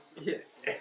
Yes